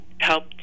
help